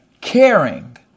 caring